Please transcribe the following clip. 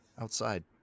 outside